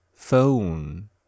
phone